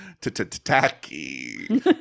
tacky